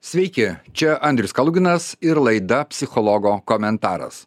sveiki čia andrius kaluginas ir laida psichologo komentaras